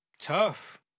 Tough